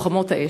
לוחמות,